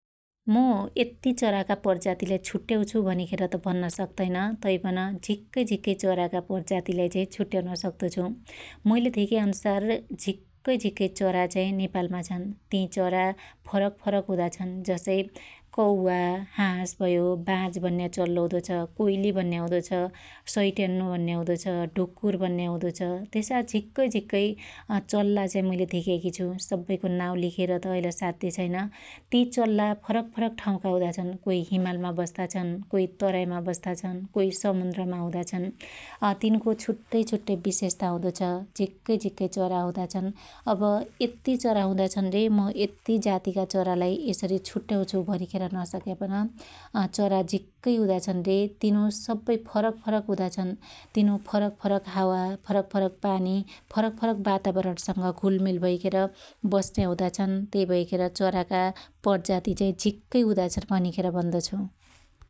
मु यत्ती चाराका पंजातीलाई छुट्याउछु भनिखेर त भन्न सक्तैन, तैपन झीक्कै झिक्कै चराका प्रजातीलाई चाहि छुट्याउन सक्तो छु । मुईले धेक्या अनुसार झिक्कै झीक्कै चराचाहि नेपालमा छन् । ती चरा फरक फरक हुदाछन जसै कौवा, हास भयो, बाज भन्या चल्लो हुदो छ कोइली भन्या हुदो छ सैट्यान्नो भन्या हुदो छ, ढक्कुर भन्या हुदो छ त्यसा झिक्कै झीक्कै चल्ला चाइ मुइले धेक्याकी छु । सब्बैको नाउ लेखेर त अइल साध्य छैन । ति च्ल्ला फरक फरक ठाँउका हुदा छन् । कोइ हिमालमा बस्ताछन ,कोइ तरामा बस्ता छन, कोइ समुन्द्रमा हुदाछन् । तिनको छुट्टै छुट्टै बिशेषाता हुदो छ । झीक्कै झिक्कै चरा हुदा छन्, अब यत्ती चरा हुदाछन रे मु यत्ती जातीका चरालाई यसरी छुट्याउछु भनिखेर नसक्या पन अचरा झिक्कै हुदा छन रे तिनु सब्बै फरक फरक हुदा छन् । तिनु फरक फरक हावा फरक फरक पानी फरक फरक वातावरणसंग घुलमिल भैखेर बस्न्या हुदा छन् । त्यै भैखेर चराका प्रजाती चाहि झिक्कै हुदा छन् भनिखेर भन्दो छु ।